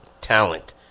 talent